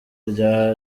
rya